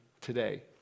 today